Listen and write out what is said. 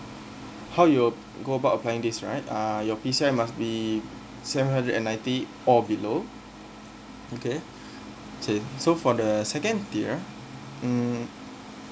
how you'll go about applying this right uh your P_C_I must be seven hundred and ninety or below okay since so for the second tier hmm